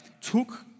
took